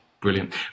Brilliant